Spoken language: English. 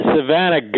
Savannah